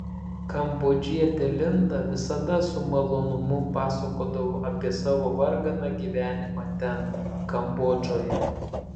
kambodžietė linda visada su malonumu pasakodavo apie savo varganą gyvenimą ten kambodžoje